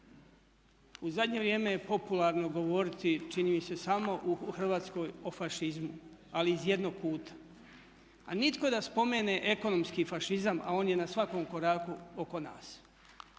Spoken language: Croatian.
U zadnje vrijeme je popularno govoriti čini mi se samo u Hrvatskoj o fašizmu, ali iz jednog kuta. Ali nitko da spomene ekonomski fašizam a on je na svakom koraku oko nas.